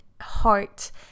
heart